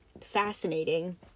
fascinating